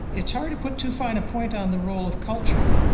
it's hard to put too fine a point on the role of culture.